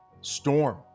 storm